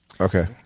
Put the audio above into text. Okay